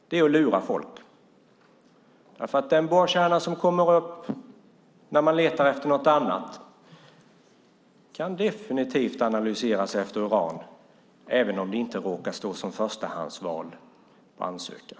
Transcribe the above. Det är att lura folk, för den borrkärna som kommer upp när man letar efter något annat kan definitivt analyseras i fråga om uran, även om det inte råkar stå som förstahandsval i ansökan.